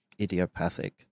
idiopathic